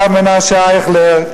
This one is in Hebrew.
הרב מנשה אייכלר,